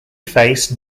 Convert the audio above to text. face